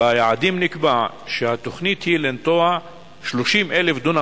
ביעדים נקבע שהתוכנית היא לנטוע 30,000 דונם